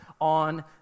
on